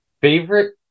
Favorite